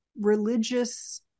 religious